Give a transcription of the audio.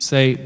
say